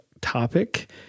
topic